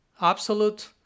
absolute